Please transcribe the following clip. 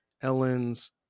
Ellen's